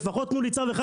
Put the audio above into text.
"לפחות תנו לי צו אחד,